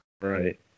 Right